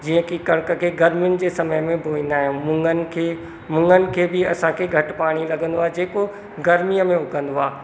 जीअं की कणिक खे गर्मियुनि जे समय मे बोईंदा आहियूं मुङनि खे मुङनि खे बि असां खे घटि पाणी लॻंदो आहे जेको गर्मी में उगंदो आहे